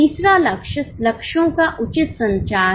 तीसरा लक्ष्य लक्ष्यों का उचित संचार है